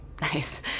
nice